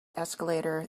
escalator